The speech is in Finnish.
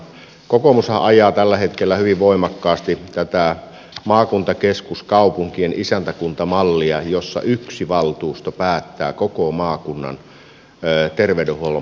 kokoomushan ajaa tällä hetkellä hyvin voimakkaasti maakuntakeskuskaupunkien isäntäkuntamallia jossa yksi valtuusto päättää koko maakunnan terveydenhuollon palveluista